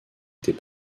était